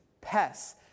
pests